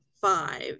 five